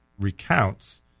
recounts